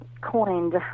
coined